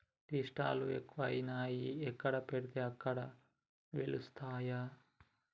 tea stall లు ఎక్కువయినాయి ఎక్కడ పడితే అక్కడ వెలుస్తానయ్